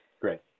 Great